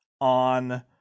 on